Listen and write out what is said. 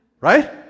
right